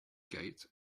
gate